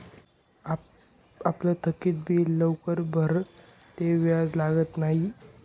आपलं थकीत बिल लवकर भरं ते व्याज लागत न्हयी